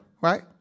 right